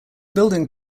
building